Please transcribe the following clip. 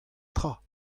tra